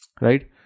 Right